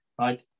right